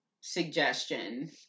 suggestion